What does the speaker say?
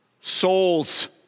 souls